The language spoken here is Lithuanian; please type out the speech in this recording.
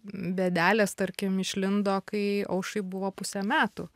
bėdelės tarkim išlindo kai aušrai buvo pusė metų